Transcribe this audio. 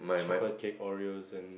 chocolate cake Oreo's and